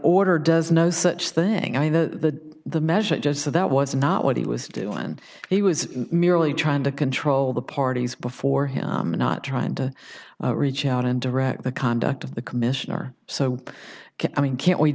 order does no such thing i mean the the measure just so that was not what he was doing and he was merely trying to control the parties before him not trying to reach out and direct the conduct of the commissioner so i mean can't we